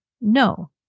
no